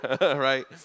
Right